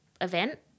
event